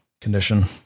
condition